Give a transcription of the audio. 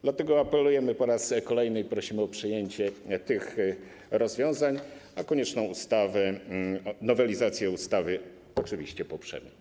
Dlatego apelujemy po raz kolejny i prosimy o przyjęcie tych rozwiązań, a konieczną nowelizację ustawy oczywiście poprzemy.